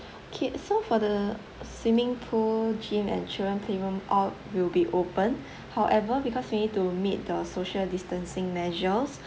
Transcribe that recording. okay so for the swimming pool gym and children playroom all will be open however because we need to meet the social distancing measures